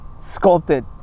sculpted